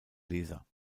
leser